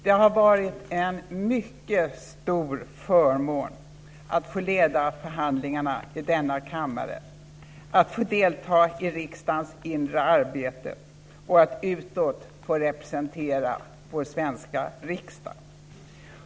Det har varit en mycket stor förmån att få leda förhandlingarna i denna kammare, att få delta i riksdagens inre arbete och att utåt få representera vår svenska riksdag.